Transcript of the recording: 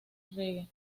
reggae